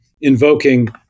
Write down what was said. invoking